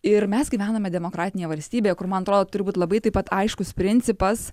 ir mes gyvename demokratinėje valstybėje kur man atrodo turbūt labai taip pat aiškus principas